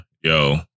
yo